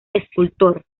escultor